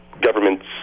governments